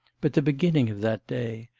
but the beginning of that day!